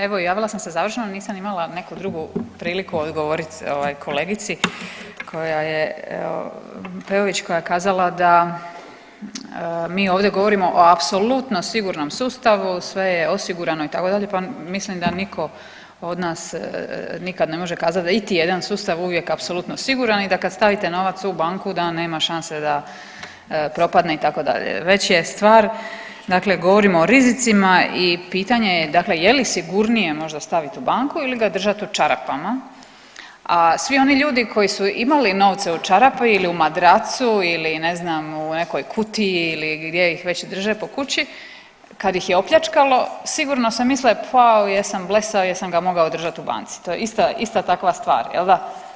Evo javila sam se završno, nisam imala neku drugu priliku odgovorit ovaj kolegici koja je, Peović, koja je kazala da mi ovdje govorimo o apsolutno sigurnom sustavu, sve je osigurano itd., pa mislim da niko od nas nikad ne može kazat da je iti jedan sustav uvijek apsolutno siguran i da kad stavite novac u banku da nema šanse da propadne itd., već je stvar, dakle govorimo o rizicima i pitanje je dakle je li sigurnije možda stavit u banku ili ga stavit u čarapama, a svi oni ljudi koji su imali novce u čarapi ili u madracu ili ne znam u nekoj kutiji ili gdje ih već drže po kući, kad ih je opljačkalo sigurno se misle pa jedan blesav, jesam ga mogao držat u banci, to je ista, ista takva stvar jel da.